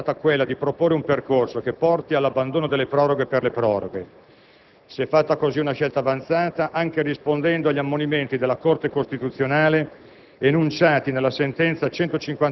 La scelta del Governo in tale contesto è stata quella di proporre un percorso che porti all'abbandono delle proroghe per le proroghe. Si è fatta così una scelta avanzata anche rispondendo agli ammonimenti della Corte costituzionale